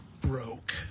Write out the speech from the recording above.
broke